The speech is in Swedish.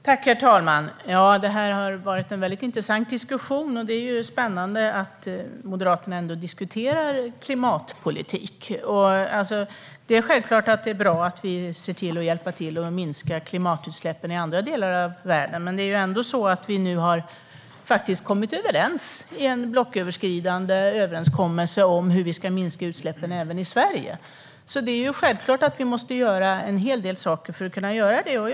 Herr talman! Detta har varit en intressant diskussion. Det är spännande att Moderaterna ändå diskuterar klimatpolitik. Självklart är det bra att vi hjälper till att minska klimatutsläppen i andra delar av världen. Nu har vi dock en blocköverskridande överenskommelse om hur vi ska minska utsläppen även i Sverige. Självklart måste vi göra en hel del för att kunna åstadkomma det.